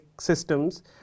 systems